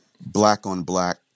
black-on-black